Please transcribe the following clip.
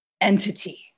entity